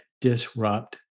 disrupt